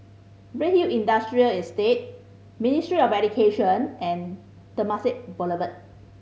Redhill Industrial Estate Ministry of Education and Temasek Boulevard